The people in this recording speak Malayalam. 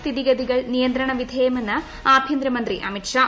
സ്ഥിഗതികൾ നിയന്ത്രണ വിധേയമെന്ന് ആഭൃന്തര മന്ത്രി അമിത് ഷാ